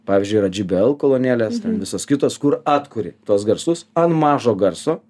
pavyzdžiui jbl kolonėlės ten visos kitos kur atkūri tuos garsus an mažo garso